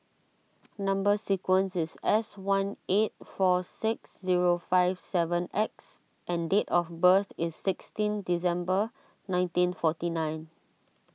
Number Sequence is S one eight four six zero five seven X and date of birth is sixteen December nineteen forty nine